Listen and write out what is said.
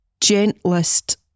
gentlest